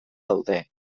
daude